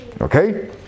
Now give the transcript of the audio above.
okay